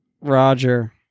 Roger